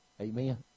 Amen